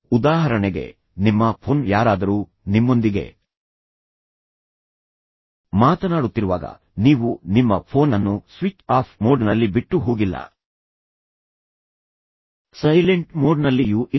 ಉದಾಹರಣೆಗೆ ನಿಮ್ಮ ಫೋನ್ ಯಾರಾದರೂ ನಿಮ್ಮೊಂದಿಗೆ ಮಾತನಾಡುತ್ತಿರುವಾಗ ನೀವು ನಿಮ್ಮ ಫೋನ್ ಅನ್ನು ಸ್ವಿಚ್ ಆಫ್ ಮೋಡ್ನಲ್ಲಿ ಬಿಟ್ಟು ಹೋಗಿಲ್ಲ ಸೈಲೆಂಟ್ ಮೋಡ್ನಲ್ಲಿಯೂ ಇಲ್ಲ